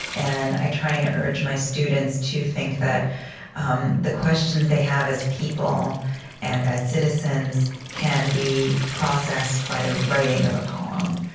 and i try and urge my students to think that um the questions they have as people and as citizens can be processed by the writing of a poem.